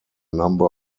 number